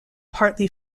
partly